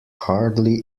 hardly